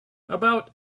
about